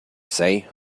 say